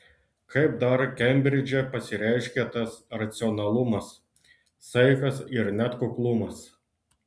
kaip dar kembridže pasireiškia tas racionalumas saikas ir net kuklumas